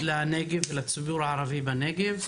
לנגב ולציבור הערבי בנגב.